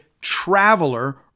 traveler